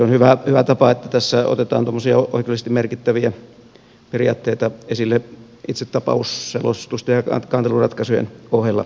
on hyvä tapa että tässä otetaan tuommoisia oikeudellisesti merkittäviä periaatteita esille itse tapausselostusten ja kanteluratkaisujen ohella vuosikertomuksessa